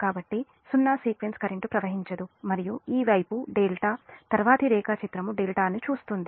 కాబట్టి సున్నా sequence current ప్రవహించదు మరియు ఈ వైపు డెల్టా తర్వాతి రేఖాచిత్రం డెల్టాను చూస్తుంది